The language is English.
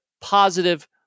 positive